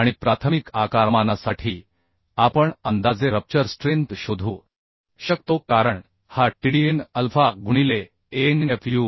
आणि प्राथमिक आकारमानासाठी आपण अंदाजे रप्चर स्ट्रेंथ शोधू शकतो कारण हा TDN अल्फा गुणिले Anfu